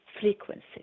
frequencies